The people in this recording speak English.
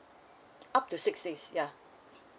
up to six days ya